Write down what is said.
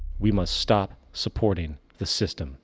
we must stop supporting the system